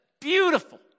beautiful